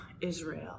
Israel